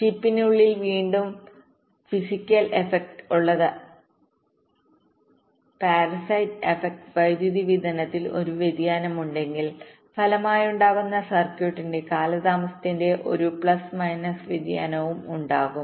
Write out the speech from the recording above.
ചിപ്പിനുള്ളിൽ വീണ്ടും physical effect ഉള്ളതിനാൽ വൈദ്യുതി വിതരണത്തിൽ ഒരു വ്യതിയാനം ഉണ്ടെങ്കിൽ ഫലമായുണ്ടാകുന്ന സർക്യൂട്ടിന്റെ കാലതാമസത്തിൽ ഒരു പ്ലസ് മൈനസ് വ്യതിയാനവും ഉണ്ടാകും